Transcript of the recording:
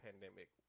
pandemic